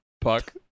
Puck